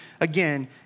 again